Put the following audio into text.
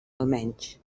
almenys